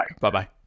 Bye-bye